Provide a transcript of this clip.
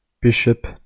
bishop